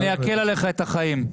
אני אקל עליך את החיים,